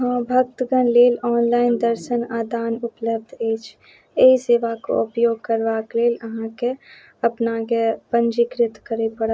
हँ भक्तगण लेल ऑनलाइन दर्शन आदान उपलब्ध अछि एहि सेवाके उपयोग करबाक लेल अहाँकेँ अपनाके पञ्जीकृत करै पड़त